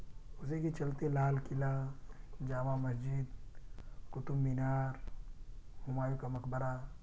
جیسے کہ چلتے لال قلعہ جامع مسجد قطب مینار ہمایوں کا مقبرہ